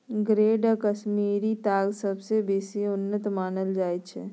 grade A Kashmiri ताग सबसँ बेसी उन्नत मानल जाइ छै